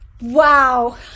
Wow